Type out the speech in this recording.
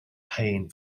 pain